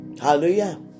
Hallelujah